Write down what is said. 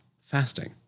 fasting